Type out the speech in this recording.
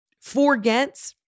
forgets